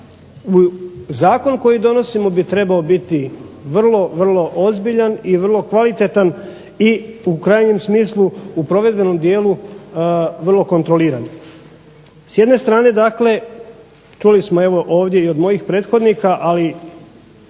zakon koji donosimo bi trebao biti vrlo, vrlo ozbiljan i vrlo kvalitetan i u krajnjem smislu u provedbenom dijelu vrlo kontroliran. S jedne strane dakle, čuli smo evo ovdje i od mojih prethodnika, ali